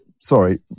Sorry